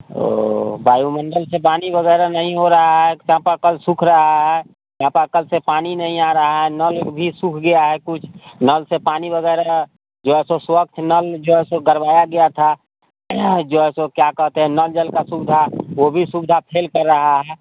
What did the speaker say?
तो वायुमंडल से पानी वगैरह नहीं हो रहा है चापाकल सूख रहा है चापाकल से पानी नहीं आ रहा है नल भी सूख गया है कुछ नल से पानी वगैरह और जो है सो स्वच्छ नल जो है सो गड़वाया गया था जो है सो क्या कहते हैं नल जल का सुविधा वो भी सुविधा फेल कर रहा है